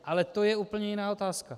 Ale to je úplně jiná otázka.